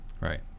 Right